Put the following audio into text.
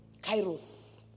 Kairos